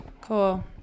Cool